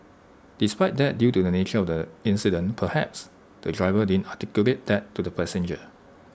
despite that due to the nature of the incident perhaps the driver didn't articulate that to the passenger